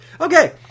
Okay